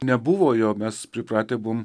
nebuvo jo mes pripratę buvom